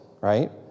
right